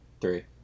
Three